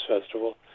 festival